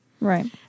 Right